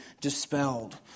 dispelled